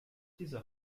dieser